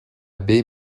baie